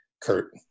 Kurt